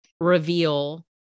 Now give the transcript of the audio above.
reveal